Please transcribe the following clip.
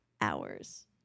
hours